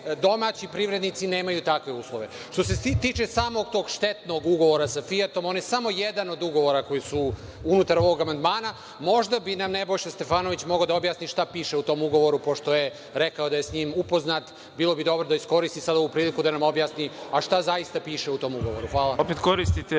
domaći privrednici nemaju takve uslove. Što se tiče samog tog štetnog ugovora sa „Fijatom“, on je samo jedan od ugovora koji su unutar ovog amandmana. Možda bi nam Nebojša Stefanović mogao da objasni šta piše u tom ugovoru, pošto je rekao da je sa njim upoznat. Bilo bi dobro da iskoristi sad ovu priliku da nam objasni šta zaista piše u tom ugovoru. Hvala. **Đorđe